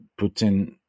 Putin